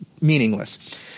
meaningless